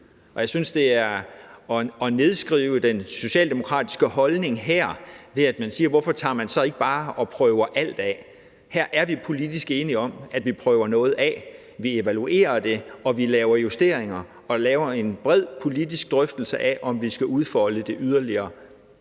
jeg synes, at det er at nedskrive den socialdemokratiske holdning, når man siger: Hvorfor prøver man så ikke bare alt af? Her er vi politisk enige om, at vi prøver noget af, vi evaluerer det, vi laver justeringer og tager en bred politisk drøftelse af, om vi skal udfolde det yderligere.